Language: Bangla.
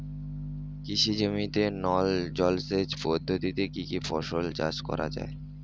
কৃষি জমিতে নল জলসেচ পদ্ধতিতে কী কী ফসল চাষ করা য়ায়?